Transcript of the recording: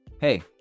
Hey